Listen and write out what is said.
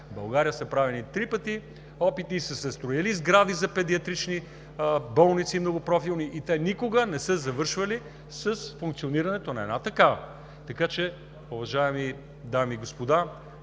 в България са се правили три пъти опити и са се строили сгради за педиатрични многопрофилни болници и те никога не са завършвали с функционирането на една такава. Така че, уважаеми дами и господа,